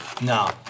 No